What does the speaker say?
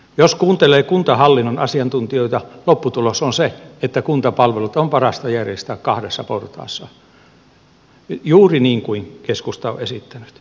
jos kuuntelee kuntahallinnon asiantuntijoita lopputulos on se että kuntapalvelut on parasta järjestää kahdessa portaassa juuri niin kuin keskusta on esittänyt